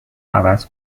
عوض